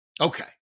Okay